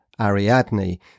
Ariadne